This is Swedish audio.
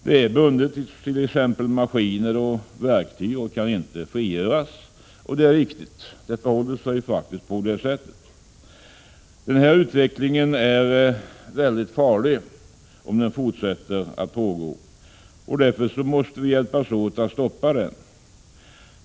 Det är bundet i bl.a. maskiner och verktyg och kan inte frigöras. Det de säger är riktigt. Denna utveckling är farlig. Därför måste vi hjälpas åt att stoppa den.